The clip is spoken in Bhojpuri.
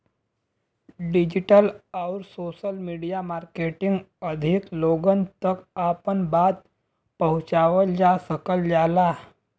डिजिटल आउर सोशल मीडिया मार्केटिंग अधिक लोगन तक आपन बात पहुंचावल जा सकल जाला